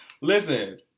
listen